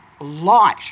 light